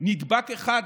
נדבק אחד